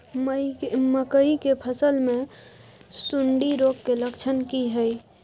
मकई के फसल मे सुंडी रोग के लक्षण की हय?